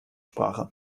sprache